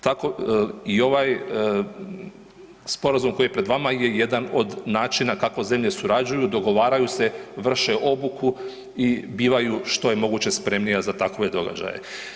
Tako i ovaj sporazum koji je pred vama je jedan od načina kako zemlje surađuju, dogovaraju se, vrše obuku i bivaju, što je moguće spremnija za takove događaje.